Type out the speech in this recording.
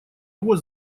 его